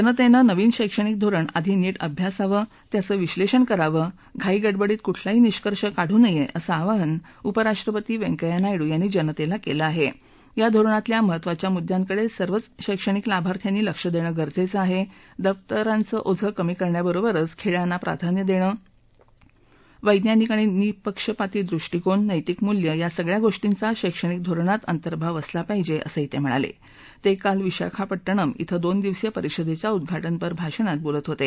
जनतनवीन शैक्षणिक धोरण आधी नीट अभ्यासावं त्याचं विश्नापी करावं घाईगडबडीत कुठलाही निष्कर्ष काढू नयाओसं आवाहन उपराष्ट्रपती व्यंकैय्या नायडू यांनी जनत्ती कलि आहाती धोरणातील महत्त्वाच्या मुद्द्यांकडं सर्वच शैक्षणिक लाभार्थ्यांनी लक्ष दक्षगरजक्ष आहा दप्तरांचं आझं कमी करण्याबरोबरच खळीना प्राधान्य दक्षि वैज्ञानिक आणि निपक्षपाती दृष्टीकोण नैतिक मुल्य या सगळ्या गोष्टींचा शैक्षणिक धोरणांत अंतर्भाव असला पाहिज असंही तस्किणाल विशाखापट्टणम क्वे आयोजित दोन दिवसीय परिषदखा उद्वाटनपर भाषणात तक्रिलत होत